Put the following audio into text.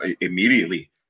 immediately